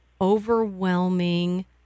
Overwhelming